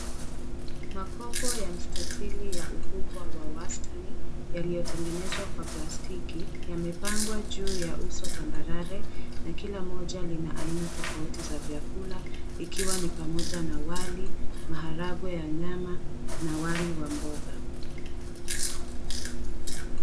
Makopo ya mstatili ya ukubwa wa wastani yaliyotengenezwa kwa plastiki yamepangwa juu ya uso tambarare na kila moja lina aina tofauti za vyakula ikiwa ni pamoja na wali, maharagwe ya nyama na wali wa mboga.